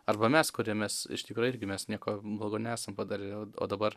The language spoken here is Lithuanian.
arba mes kurie mes iš tikro irgi mes nieko blogo nesam padarę o o dabar